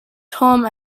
term